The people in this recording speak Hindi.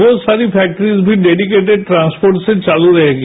वो सारी फैक्ट्रीज भी उडीकेटेड ट्रांसपोर्ट से चालू रहेंगी